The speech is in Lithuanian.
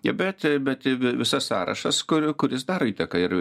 bet bet visas sąrašas kur kuris daro įtaką ir